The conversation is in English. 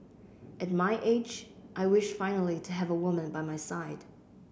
at my age I wish finally to have a woman by my side